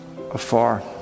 afar